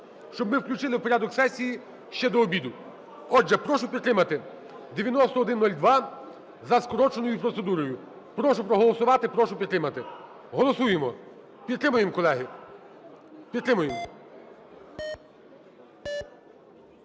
щоб ми включили у порядок сесії ще до обіду. Отже, прошу підтримати 9102 за скороченою процедурою. Прошу проголосувати, прошу підтримати. Голосуємо! Підтримуємо, колеги! Підтримуємо.